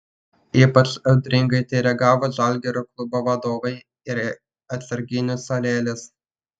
ypač audringai į tai reagavo žalgirio klubo vadovai ir atsarginių suolelis